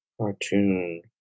cartoon